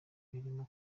birimo